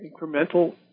incremental